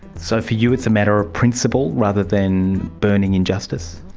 so for you it's a matter of principle rather than burning injustice?